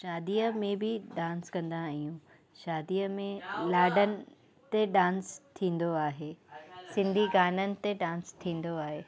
शादीअ में बि डांस कंदा आहियूं शादीअ में लाॾनि ते डांस थींदो आहे सिंधी गाननि ते डांस थींदो आहे